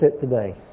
today